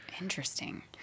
Interesting